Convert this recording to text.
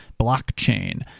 blockchain